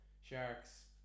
Sharks